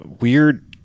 weird